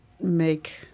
make